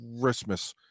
Christmas